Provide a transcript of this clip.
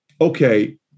Okay